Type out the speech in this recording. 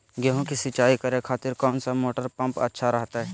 गेहूं के सिंचाई करे खातिर कौन सा मोटर पंप अच्छा रहतय?